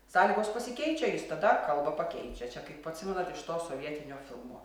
sąlygos pasikeičia jis tada kalbą pakeičia čia kaip atsimenat iš to sovietinio filmo